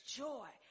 joy